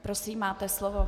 Prosím, máte slovo.